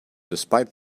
despite